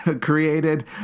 Created